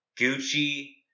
Gucci